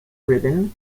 ribbon